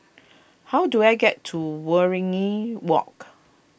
how do I get to Waringin Walk